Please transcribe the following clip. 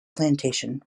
plantation